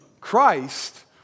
Christ